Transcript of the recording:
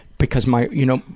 because my, you know,